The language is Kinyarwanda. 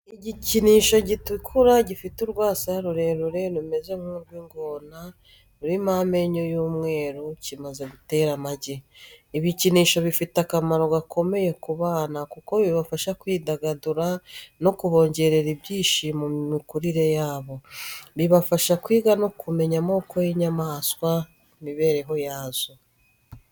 Igikinisho gitukura gifite urwasaya rurerure rumeze nk'urw'ingona rurimo amenyo y'umweru, kimaze gutera amagi. Ibikinisho bifite akamaro gakomeye ku bana kuko bibafasha kwidagadura no kubongerera ibyishimo mu mikurire yabo. Bibafasha kwiga no kumenya amoko y'inyamaswa n'imibereho yazo.